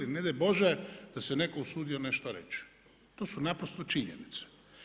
Ne daj Bože da se neko usudio nešto reći, to su naprosto činjenice.